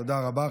תודה רבה.